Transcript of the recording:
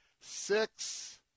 six